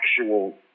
actual